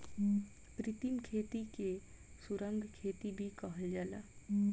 कृत्रिम खेती के सुरंग खेती भी कहल जाला